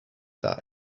that